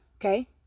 okay